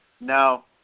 No